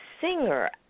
singer